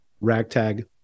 ragtag